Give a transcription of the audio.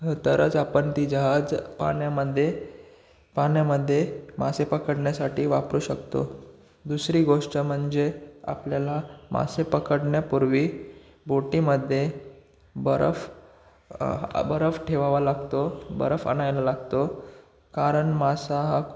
तरच आपण ती जहाज पाण्यामध्ये पाण्यामध्ये मासे पकडण्यासाठी वापरू शकतो दुसरी गोष्ट म्हणजे आपल्याला मासे पकडण्यापूर्वी बोटीमध्ये बर्फ बर्फ ठेवावा लागतो बर्फ आणायला लागतो कारण मासा हा